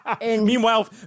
Meanwhile